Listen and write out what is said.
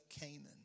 Canaan